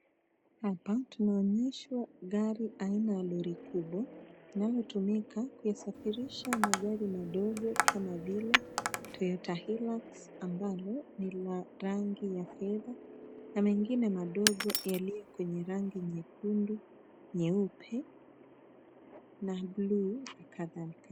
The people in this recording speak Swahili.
Hapa tunaonyeshwa gari aina ya lori kubwa linalotumika kuyasafirisha magari madogo kama vile Toyota hilux ambalo ni la rangi ya fedha na mengine madogo yaliyo kwenye rangi nyekundu, nyeupe na bluu na kadhalika.